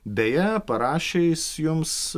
deja parašė jis jums